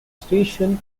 station